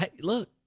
Look